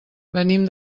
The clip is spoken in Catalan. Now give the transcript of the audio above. venim